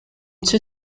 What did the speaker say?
too